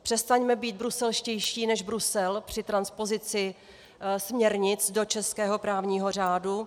Přestaňme být bruselštější než Brusel při transpozici směrnic do českého právního řádu.